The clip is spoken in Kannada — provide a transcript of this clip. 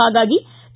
ಹಾಗಾಗಿ ಕೆ